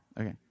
Okay